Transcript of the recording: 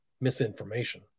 misinformation